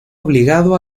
obligado